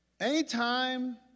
anytime